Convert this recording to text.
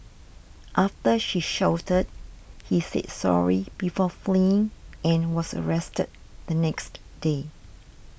after she shouted he said sorry before fleeing and was arrested the next day